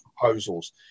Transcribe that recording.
proposals